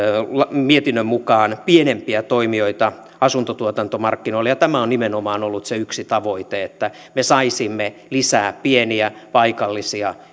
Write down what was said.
mietinnön mukaan pienempiä toimijoita asuntotuotantomarkkinoille tämä on nimenomaan ollut se yksi tavoite se että me saisimme lisää pieniä paikallisia